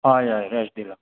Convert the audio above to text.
हय हय रॅश दिला